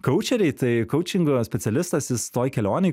kaučeriai tai kaučingo specialistas jis toj kelionėj